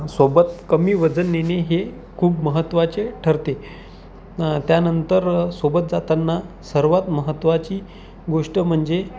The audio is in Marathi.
सोबत कमी वजन नेणे हे खूप महत्त्वाचे ठरते त्यानंतर सोबत जाताना सर्वात महत्त्वाची गोष्ट म्हणजे